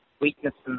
weaknesses